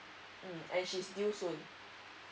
mm and she's due soon